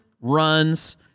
runs